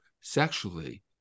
sexually